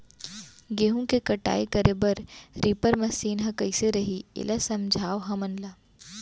गेहूँ के कटाई करे बर रीपर मशीन ह कइसे रही, एला समझाओ हमन ल?